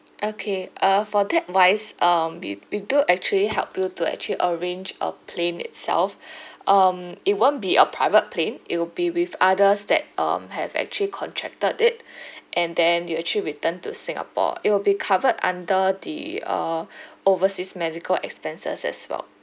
okay uh for that wise um we we do actually help you to actually arrange a plane itself um it won't be a private plane it will be with others that um have actually contracted it and then you'll actually return to singapore it will be covered under the uh overseas medical expenses as well